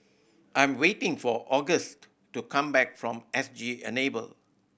I'm waiting for Auguste to come back from S G Enable